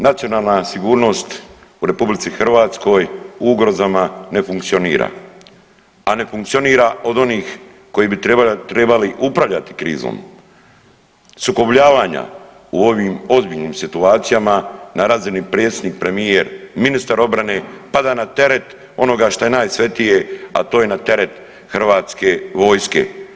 Nacionalna sigurnost u Republici Hrvatskoj u ugrozama ne funkcionira, a ne funkcionira od onih koji bi trebali upravljati krizom sukobljavanja u ovim ozbiljnim situacijama na razini predsjednik, premijer, ministar obrane, pada na teret onoga šta je najsvetije, a to je na teret Hrvatske vojske.